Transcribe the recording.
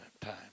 time